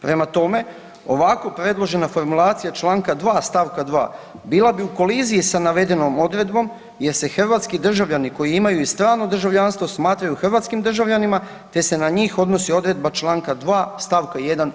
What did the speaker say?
Prema tome, ovako predložena formulacija čl. 2. st. 2. bila bi u koliziji sa navedenom odredbom jer se hrvatski državljani koji imaju i strano državljanstvo smatraju hrvatskim državljanima, te se na njih odnosi odredba čl. 2. st. 1. ovoga zakona.